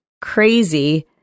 crazy